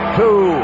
two